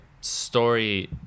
story